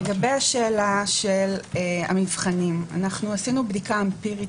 לגבי השאלה של המבחנים, עשינו בדיקה אמפירית.